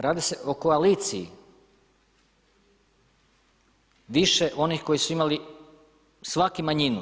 Radi se o koaliciji više onih koji su imali svaki manjinu.